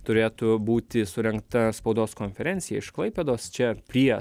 turėtų būti surengta spaudos konferencija iš klaipėdos čia prie